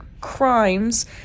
crimes